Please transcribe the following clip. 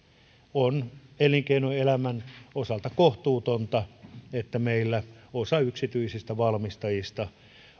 on elinkeinoelämän osalta kohtuutonta että meillä osa yksityisistä valmistajista